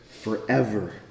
forever